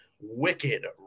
wicked